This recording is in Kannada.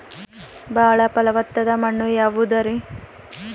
ಬಾಳ ಫಲವತ್ತಾದ ಮಣ್ಣು ಯಾವುದರಿ?